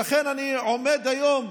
ולכן אני עומד היום,